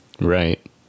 Right